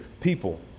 people